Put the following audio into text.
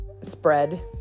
spread